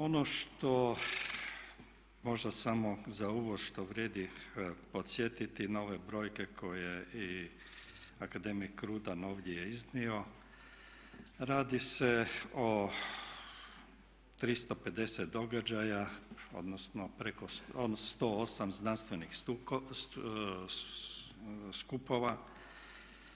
Ono što možda samo za uvod što vrijedi podsjetiti na ove brojke koje je i akademik Rudan ovdje iznio, radi se o 350 događaja, odnosno 108 znanstvenih skupova,